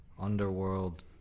Underworld